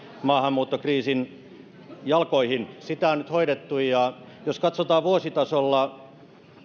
maahanmuuttokriisin jalkoihin sitä on nyt hoidettu ja jos katsotaan vuositasolla